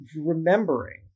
remembering